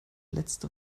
letzte